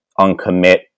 uncommit